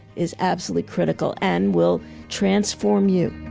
is absolutely critical and will transform you.